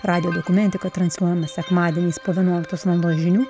radijo dokumentika transliuojama sekmadieniais po vienuoliktos valandos žinių